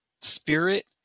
spirit